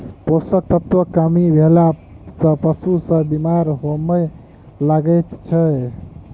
पोषण तत्वक कमी भेला सॅ पशु सभ बीमार होमय लागैत छै